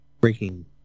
breaking